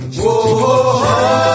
whoa